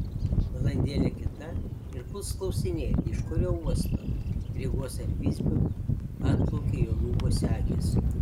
valandėlė kita ir puls klausinėti iš kurio uosto rygos ar visbio atplaukė jo rūbo segės